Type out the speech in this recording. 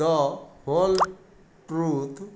the whole truth